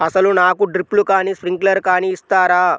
అసలు నాకు డ్రిప్లు కానీ స్ప్రింక్లర్ కానీ ఇస్తారా?